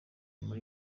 muri